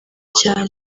cyane